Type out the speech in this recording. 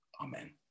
Amen